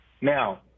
Now